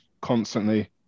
constantly